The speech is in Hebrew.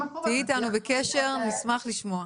יאללה, אז תהיי איתנו בקשר ואנחנו נשמח לשמוע,